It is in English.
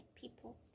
people